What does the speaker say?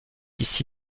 ici